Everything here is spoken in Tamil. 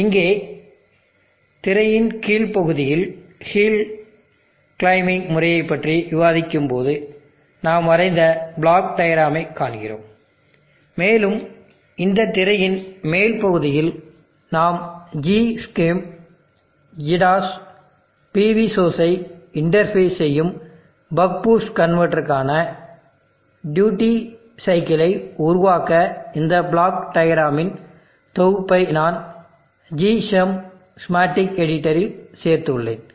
எனவே இங்கே திரையின் கீழ் பகுதியில் ஹில் கிளைம்பிங் முறையைப்பற்றி விவாதிக்கும்போது நாம் வரைந்த பிளாக் டயக்ராமை காண்கிறோம் மேலும் இந்த திரையின் மேல் பகுதியில் நாம் gschem GEDAS PV சோர்ஸ் ஐ இன்டர்பேஸ் செய்யும் பக் பூஸ்ட் கன்வட்டருக்கான டியூட்டி சைக்கிளை உருவாக்க இந்த பிளாக் டயக்ராமின் தொகுப்பை நான் gschem ஸ்கீமாட்டிக் எடிட்டரில் சேர்த்துள்ளேன்